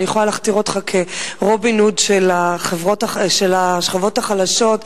אני יכולה להכתיר אותך כרובין הוד של השכבות החלשות,